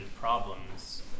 problems